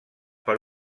per